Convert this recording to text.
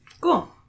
Cool